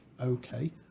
Okay